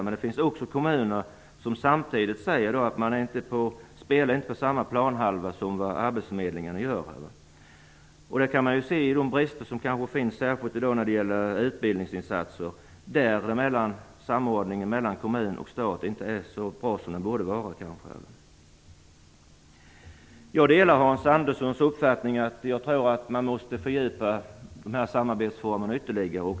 Men det finns också många kommuner som säger att man inte spelar på samma planhalva som arbetsförmedlingarna. Det kan man se särskilt i bristerna i utbildningsinsatser. Där är samordningen mellan kommuner och stat kanske inte så bra som den borde vara. Det gäller också Hans Anderssons uppfattning att jag tror att man måste fördjupa samarbetsformerna ytterligare.